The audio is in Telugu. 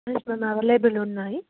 ఎస్ మ్యామ్ అవైలబుల్ ఉన్నాయి